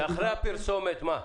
ואחרי הפרסומת, מה?